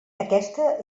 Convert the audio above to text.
aquesta